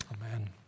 Amen